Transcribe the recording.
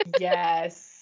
Yes